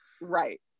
Right